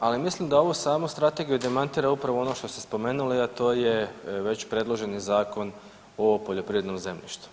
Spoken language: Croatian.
ali mislim da ovu samu Strategiju demantira upravo ono što ste spomenuli, a to je već predloženi Zakon o poljoprivrednom zemljištu.